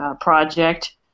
project